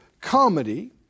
comedy